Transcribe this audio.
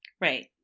Right